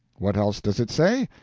what else does it say?